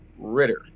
Ritter